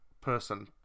person